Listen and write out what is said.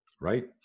right